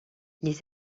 les